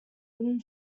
wooden